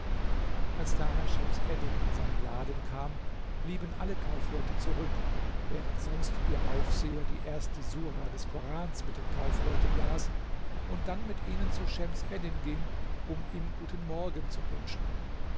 als daher schems eddin in seinen laden kam blieben alle kaufleute zurück während sonst ihr aufseher die erste sura des korans mit den kaufleuten las und dann mit ihnen zu schems eddin ging um ihm guten morgen zu wünschen